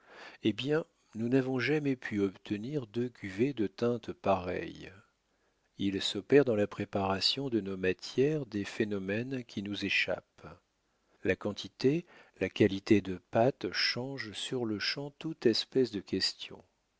eh bien nous n'avons jamais pu obtenir deux cuvées de teintes pareilles il s'opère dans la préparation de nos matières des phénomènes qui nous échappent la quantité la qualité de pâte changent sur-le-champ toute espèce de question